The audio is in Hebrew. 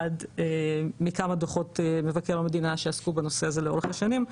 אחד מכמה דוחות מבקר המדינה שעסקו בנושא הזה לאורך השנים,